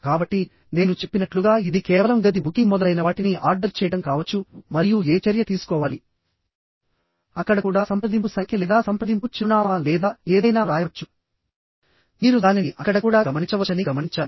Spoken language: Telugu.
కాబట్టినేను చెప్పినట్లుగా ఇది కేవలం గది బుకింగ్ మొదలైనవాటిని ఆర్డర్ చేయడం కావచ్చు మరియు ఏ చర్య తీసుకోవాలి అక్కడ కూడా సంప్రదింపు సంఖ్య లేదా సంప్రదింపు చిరునామా లేదా ఏదైనా వ్రాయవచ్చు మీరు దానిని అక్కడ కూడా గమనించవచ్చని గమనించాలి